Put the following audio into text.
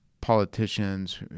politicians